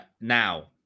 Now